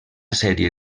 sèrie